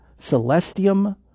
Celestium